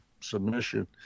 submission